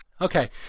Okay